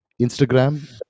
Instagram